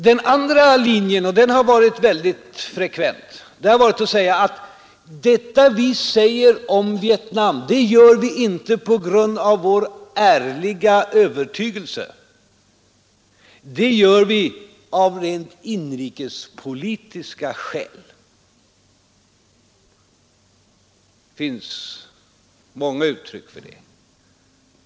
Den andra varianten har varit väldigt frekvent, nämligen att framhålla att det man säger om Vietnam inte sägs på grund av någon ärlig övertygelse utan av rent inrikespolitiska skäl. Det finns många uttryck härför.